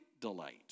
delight